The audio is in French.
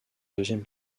deuxième